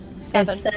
Seven